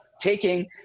taking